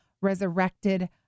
resurrected